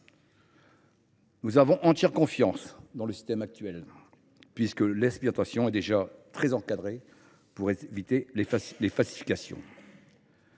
Nous faisons toute confiance au système actuel puisque l’expérimentation est déjà très encadrée pour éviter les falsifications.